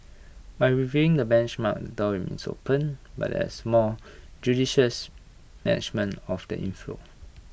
by reviewing the benchmark the door remains open but there is A more judicious management of the inflow